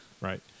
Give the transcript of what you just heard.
Right